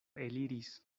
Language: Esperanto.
eliris